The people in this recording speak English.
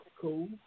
cool